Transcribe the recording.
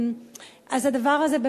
אז הדבר הזה,